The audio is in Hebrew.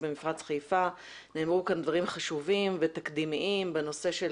במפרץ חיפה ונאמרו כאן דברים חשובים ותקדימיים בנושא של